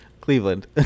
cleveland